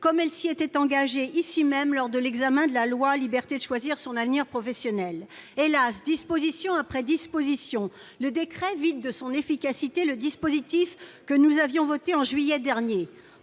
comme elle s'y était engagée ici même lors l'examen du projet de loi pour la liberté de choisir son avenir professionnel. Hélas, disposition après disposition, le décret vide de son efficacité le dispositif que nous avons adopté en juillet dernier.